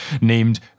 named